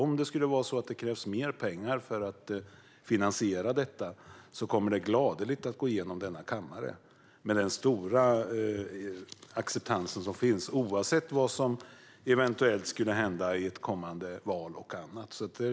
Om det skulle krävas mer pengar för att finansiera detta förutsätter jag att det, med tanke på det stora deltagande och den stora acceptans som nu finns, skulle gå igenom i denna kammare, oavsett vad som händer i kommande val och annat.